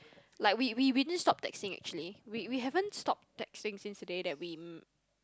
like we we we didn't stop texting actually we we haven't stoped texting since today that we m~